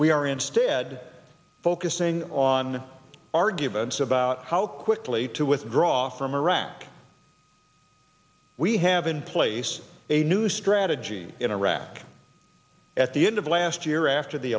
we are instead focusing on arguments about how quickly to withdraw from iraq we have in place a new strategy in iraq at the end of last year after the